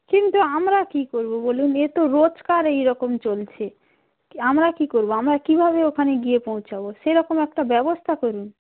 কিন্তু আমরা কী করবো বলুন এ তো রোজকার এই রকম চলছে আমরা কী করবো আমরা কীভাবে ওখানে গিয়ে পৌঁছাবো সেরকম একটা ব্যবস্থা করুন